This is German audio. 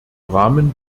rahmen